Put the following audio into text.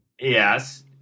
Yes